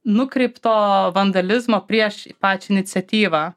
nukreipto vandalizmo prieš pačią iniciatyvą